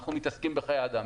אנחנו מתעסקים בחיי אדם,